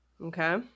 Okay